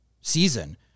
season